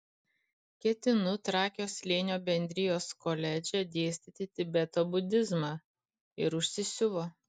ketinu trakio slėnio bendrijos koledže dėstyti tibeto budizmą ir užsisiuvo